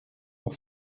pour